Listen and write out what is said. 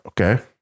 Okay